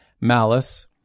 malice